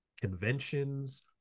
conventions